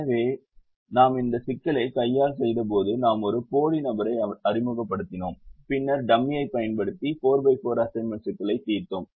எனவே நாம் இந்த சிக்கலை கையால் செய்தபோது நாம் ஒரு போலி நபரை அறிமுகப்படுத்தினோம் பின்னர் டம்மியைப் பயன்படுத்தி 44 அசைன்மென்ட் சிக்கலை தீர்த்தோம்